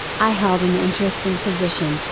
i held an interesting position,